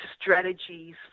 strategies